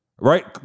right